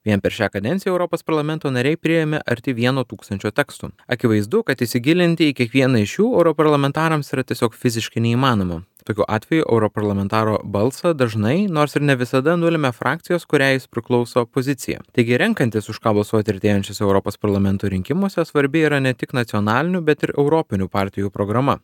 vien per šią kadenciją europos parlamento nariai priėmė arti vieno tūkstančio tekstų akivaizdu kad įsigilinti į kiekvieną iš jų europarlamentarams yra tiesiog fiziškai neįmanoma tokiu atveju europarlamentaro balsą dažnai nors ir ne visada nulemia frakcijos kuriai jis priklauso pozicija taigi renkantis už ką balsuoti artėjančiuose europos parlamento rinkimuose svarbi yra ne tik nacionalinių bet ir europinių partijų programa